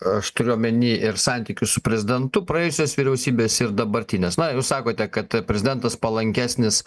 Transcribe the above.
aš turiu omeny ir santykius su prezidentu praėjusios vyriausybės ir dabartinės na jūs sakote kad prezidentas palankesnis